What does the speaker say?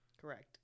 Correct